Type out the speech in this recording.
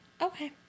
Okay